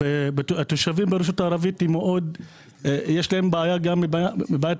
לתושבים ברשות הערבית יש גם בעיה תקציבית.